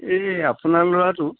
এই আপোনাৰ ল'ৰাটো